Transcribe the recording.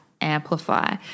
amplify